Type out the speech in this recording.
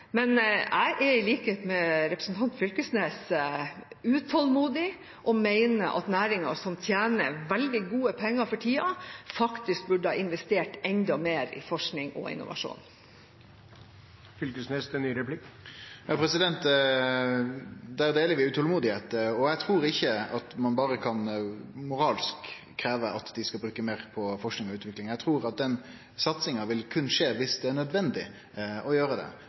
Men jeg er – i likhet med representanten Knag Fylkesnes – utålmodig og mener at næringen, som tjener veldig gode penger for tida, faktisk burde ha investert enda mer i forskning og innovasjon. Der deler vi utolmod, og eg trur ikkje ein berre – moralsk – kan krevje at dei skal bruke meir på forsking og utvikling. Eg trur at den satsinga berre vil skje dersom det er nødvendig å gjere det,